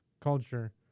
culture